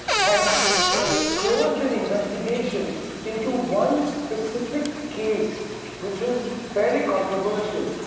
and closed an investigation into one specific case which was fairly controversial.